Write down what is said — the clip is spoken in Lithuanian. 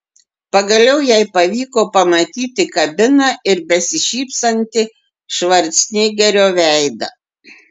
pagaliau jai pavyko pamatyti kabiną ir besišypsantį švarcnegerio veidą